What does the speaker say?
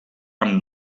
amb